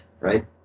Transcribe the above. right